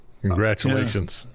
Congratulations